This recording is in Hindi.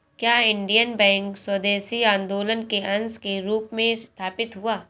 क्या इंडियन बैंक स्वदेशी आंदोलन के अंश के रूप में स्थापित हुआ?